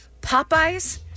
Popeyes